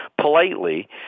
politely